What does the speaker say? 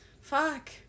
fuck